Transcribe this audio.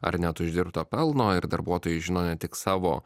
ar net uždirbto pelno ir darbuotojai žino ne tik savo